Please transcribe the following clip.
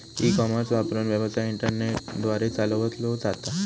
E commerce वापरून, व्यवसाय internet द्वारे चालवलो जाता